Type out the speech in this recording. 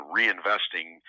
reinvesting